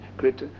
great